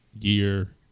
year